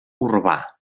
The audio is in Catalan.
urbà